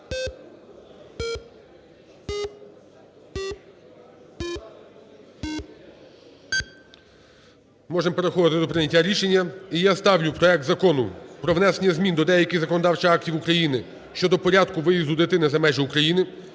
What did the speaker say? Можемо переходити до прийняття рішення. І я ставлю проект Закону про внесення змін до деяких законодавчих актів України щодо порядку виїзду дитини за межі України